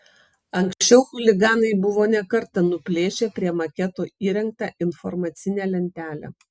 anksčiau chuliganai buvo ne kartą nuplėšę prie maketo įrengtą informacinę lentelę